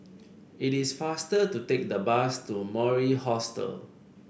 it is faster to take the bus to Mori Hostel